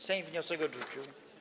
Sejm wniosek odrzucił.